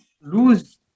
lose